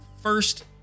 first